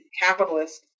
capitalist